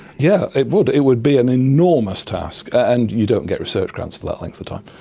yeah it would, it would be an enormous task, and you don't get research grants for that length of time.